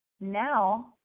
now